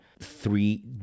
three